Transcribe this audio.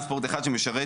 ואני שמח שזה מה